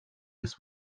this